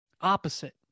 Opposite